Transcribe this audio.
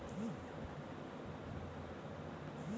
লিজের কার্ডের ওপর ব্যয়ের সীমা লাগাল যায়